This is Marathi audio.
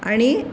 आणि